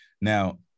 now